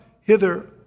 hither